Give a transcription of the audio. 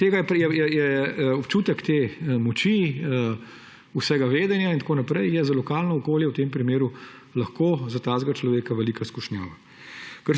oziroma občutek te moči, vsega vedenja je za lokalno okolje v tem primeru lahko za takega človeka velika skušnjava.